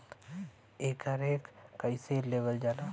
एकरके कईसे लेवल जाला?